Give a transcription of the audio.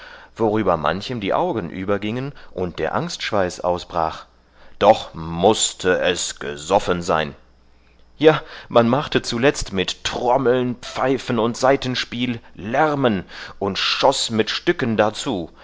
worüber manchem die augen übergiengen und der angstschweiß ausbrach doch mußte es gesoffen sein ja man machte zuletzt mit trommeln pfeifen und saitenspiel lärmen und schoß mit stücken darzu